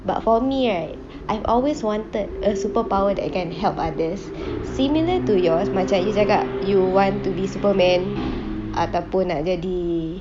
but for me right I've always wanted a superpower that can help others similar to yours macam you cakap you want to be superman atau pun nak jadi